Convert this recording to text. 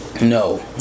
No